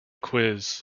quiz